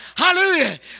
Hallelujah